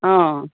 অঁ